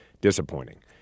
disappointing